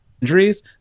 injuries